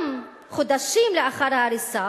גם חודשים לאחר ההריסה